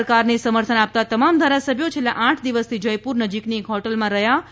સરકારને સમર્થન આપતા તમામ ધારાસભ્યો છેલ્લા આઠ દિવસથી જયપુર નજીકની એક હોટલમાં રહ્યા છે